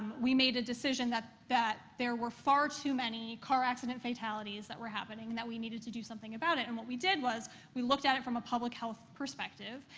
we made a decision that that there were far too many car-accident fatalities that were happening and that we needed to do something about it. and what we did was we looked at it from a public-health perspective.